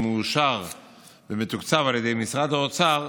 שמאושר ומתוקצב על ידי משרד האוצר,